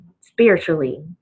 spiritually